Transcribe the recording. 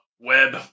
web